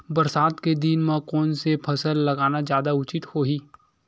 बरसात के दिन म कोन से फसल लगाना जादा उचित होही?